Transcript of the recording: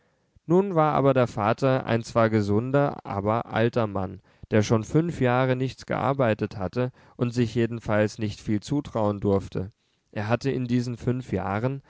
nun war aber der vater ein zwar gesunder aber alter mann der schon fünf jahre nichts gearbeitet hatte und sich jedenfalls nicht viel zutrauen durfte er hatte in diesen fünf jahren